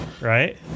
Right